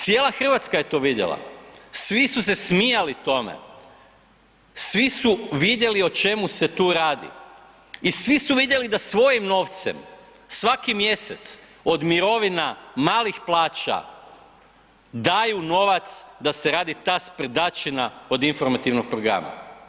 Cijela Hrvatska je to vidjela, svi su smijali tome, svi su vidjeli o čemu se to radi i svi su vidjeli da svojim novcem svaki mjesec od mirovina, malih plaća daju novac da se radi ta sprdačina od informativnog programa.